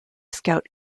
scout